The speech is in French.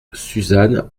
suzanne